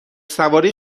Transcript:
سواری